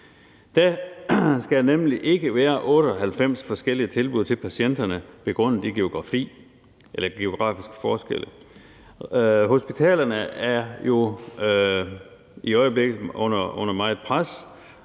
Der skal nemlig ikke være 98 forskellige tilbud til patienterne begrundet i geografiske forskelle. Hospitalerne er jo i øjeblikket under meget pres,